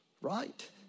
Right